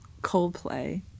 coldplay